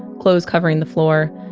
clothes covered the floor.